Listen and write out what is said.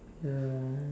ya